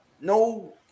no